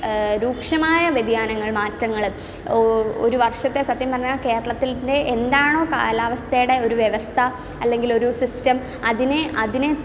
രൂക്ഷമായ വ്യതിയാനങ്ങൾ മാറ്റങ്ങളും ഒരു വർഷത്തെ സത്യം പറഞ്ഞാൽ കേരളത്തിൻ്റെ എന്താണൊ കാലാവസ്ഥയുടെ ഒരു വ്യവസ്ഥ അല്ലെങ്കിൽ ഒരു സിസ്റ്റം അതിനെ അതിന്